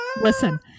Listen